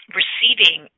receiving